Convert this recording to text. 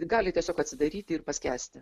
gali tiesiog atsidaryti ir paskęsti